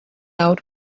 out